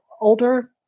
older